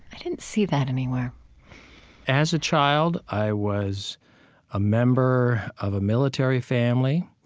i didn't see that anywhere as a child, i was a member of a military family,